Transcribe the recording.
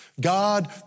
God